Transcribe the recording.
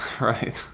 right